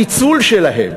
הניצול שלהם,